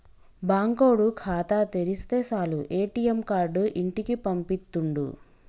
బాంకోడు ఖాతా తెరిస్తె సాలు ఏ.టి.ఎమ్ కార్డు ఇంటికి పంపిత్తుండు